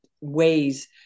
ways